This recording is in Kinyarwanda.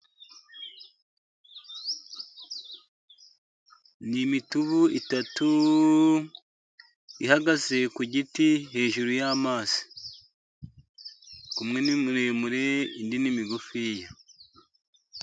Ni imitubu itatu ihagaze ku giti hejuru y'amazi. Umwe ni muremure indi ni migufiya.